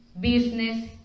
business